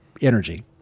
energy